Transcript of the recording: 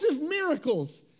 miracles